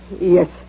Yes